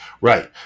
Right